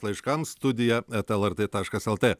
laiškams studija eta lrt taškas lt